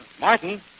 Martin